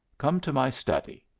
come to my study.